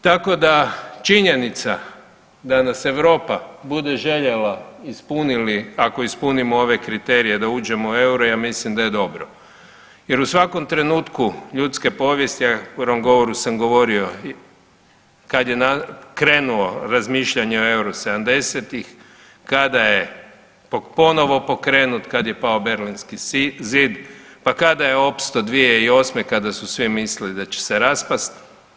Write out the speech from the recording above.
Tako da činjenica da nas Europa bude željela ako ispunimo ove kriterije da uđemo u euro ja mislim da je dobro, jer u svakom trenutku ljudske povijesti, a u uvodnom govoru sam govorio kad je krenulo razmišljanje o euru sedamdesetih, kada je ponovo pokrenut, kad je pao Berlinski zid, pa kada je opstao 2008. kada su svi mislili da će se raspasti.